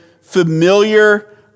familiar